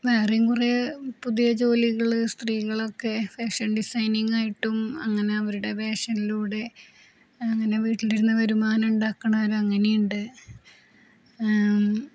വേറെേയും കുറേ പുതിയ ജോലികള് സ്ത്രീകളൊക്കെ ഫാഷൻ ഡിസൈനിങ്ങായിട്ടും അങ്ങനെ അവരുടെ ഫാഷനിലൂടെ അങ്ങനെ വീട്ടിലിരുന്നു വരുമാനം ഉണ്ടാക്കുന്നവരങ്ങനെയുണ്ട്